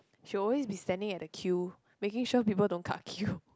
she will always be standing at the queue making sure people don't cut queue